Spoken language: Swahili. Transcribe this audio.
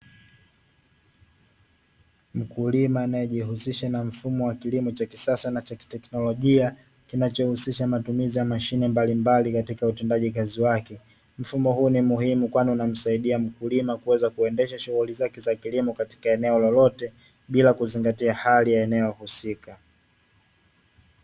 Mkulima anayejihusisha wa mfumo wa kilimo cha kisasa na cha kiteknolojia, kinachohusisha matumizi ya mashine mbalimbali katika utendaji kazi wake. Mfumo huu ni muhimu kwani unamsaidia mkulima, kuweza kuendesha shughuli zake za kilimo katika eneo lolote, bila kuzingatia hali ya eneo husika.